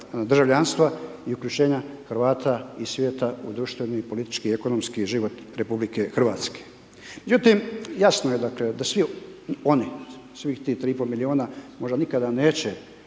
državljanstva i uključenja Hrvata i svijeta u društveni i politički i ekonomski život RH. Međutim, jasno je dakle da svi oni, svih tih 3,5 milijuna možda nikada neće